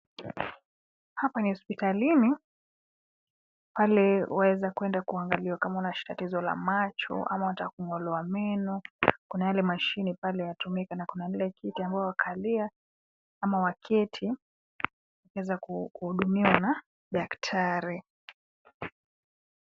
Hapa ni hospitalini, pale waeza kuenda kuangaliwa kama una shida tatizo la macho ama wataka kung'olewa meno, kuna yale mashine pale yatumika na kuna lile kiti ambayo wakalia, ama waketi, ukiweza kuhudumiwa na daktari.